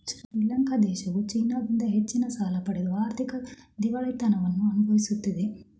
ಶ್ರೀಲಂಕಾ ದೇಶವು ಚೈನಾದಿಂದ ಹೆಚ್ಚಿನ ಸಾಲ ಪಡೆದು ಆರ್ಥಿಕ ದಿವಾಳಿತನವನ್ನು ಅನುಭವಿಸುತ್ತಿದೆ